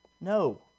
No